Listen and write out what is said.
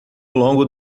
longo